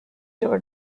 door